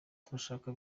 turashaka